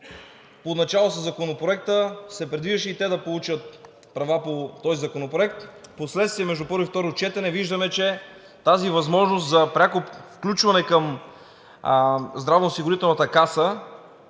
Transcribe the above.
поначало със Законопроекта се предвиждаше да получат и те права по него. Впоследствие между първо и второ четене виждаме, че тази възможност за пряко включване към Здравноосигурителната каса